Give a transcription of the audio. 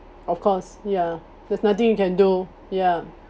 of course ya there's nothing you can do ya